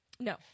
No